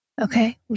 Okay